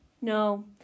No